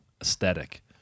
aesthetic